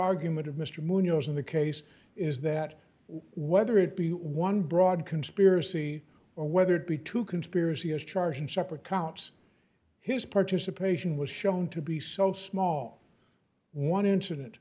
argument of mr munoz in the case is that whether it be one broad conspiracy or whether it be two conspiracy as charged in separate counts his participation was shown to be so small one incident